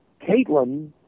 Caitlin